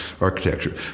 architecture